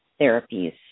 therapies